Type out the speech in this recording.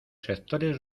sectores